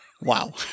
Wow